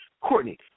Courtney